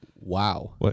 Wow